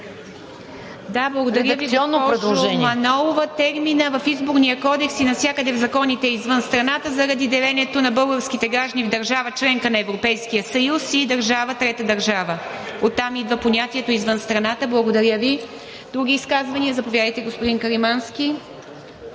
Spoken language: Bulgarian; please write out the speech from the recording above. Да, благодаря Ви, госпожо Манолова. Терминът в Изборния кодекс и навсякъде в законите е: „извън страната“ заради делението на българските граждани в държава – членка на Европейския съюз, и държава – трета държава. Оттам идва понятието „извън страната“. Благодаря Ви. Други изказвания? Заповядайте, господин Каримански.